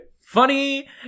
funny